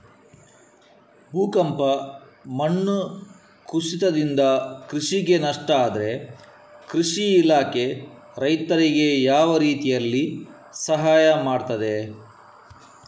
ಭೂಕಂಪ, ಮಣ್ಣು ಕುಸಿತದಿಂದ ಕೃಷಿಗೆ ನಷ್ಟ ಆದ್ರೆ ಕೃಷಿ ಇಲಾಖೆ ರೈತರಿಗೆ ಯಾವ ರೀತಿಯಲ್ಲಿ ಸಹಾಯ ಮಾಡ್ತದೆ?